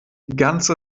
ganze